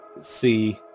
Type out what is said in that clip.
see